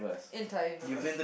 entire universe